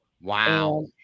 Wow